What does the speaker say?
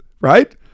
right